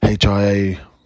HIA